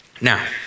Now